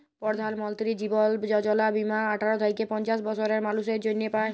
পরধাল মলতিরি জীবল যজলা বীমা আঠার থ্যাইকে পঞ্চাশ বসরের মালুসের জ্যনহে পায়